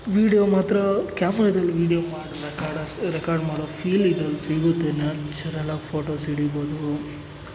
video ಮಾತ್ರಾ ಕ್ಯಾಮ್ರದಲ್ಲಿ video record ಮಾಡುವ ಫೀಲ್ ಇದ್ರಲ್ಲಿ ಸಿಗುತ್ತೆ ನ್ಯಾಚುರಲಾಗಿ ಫೋಟೋಸ್ ಹಿಡಿಬೋದು